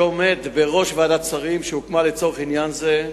שעומד בראש ועדת שרים שהוקמה לצורך עניין זה.